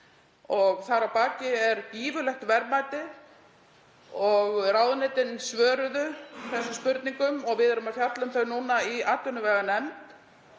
og þar að baki eru gífurleg verðmæti. Ráðuneytin svöruðu þessum spurningum og við erum að fjalla um þau svör í atvinnuveganefnd.